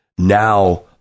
Now